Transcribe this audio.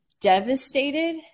devastated